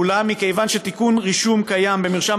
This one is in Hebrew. אולם מכיוון שתיקון רישום קיים במרשם